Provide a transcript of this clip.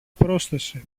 πρόσθεσε